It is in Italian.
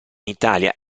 italia